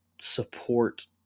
support